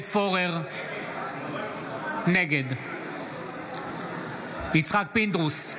נגד יצחק פינדרוס,